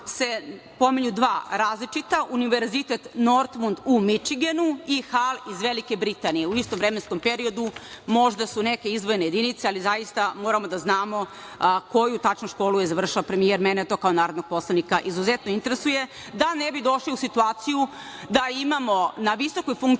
se pominju dva različita Univerzitet Northwood u Mičigenu i Hal iz Velike Britanije. U istom vremenskom periodu, a možda su to neke izdvojene jedinice, ali zaista moramo da znamo koju tačno školu je završila premijerka, mene to kao narodnog poslanika izuzetno interesuje, da ne bi došli u situaciju da imamo na visokoj funkciji